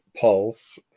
pulse